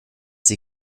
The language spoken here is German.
sie